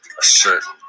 certain